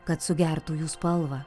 kad sugertų jų spalvą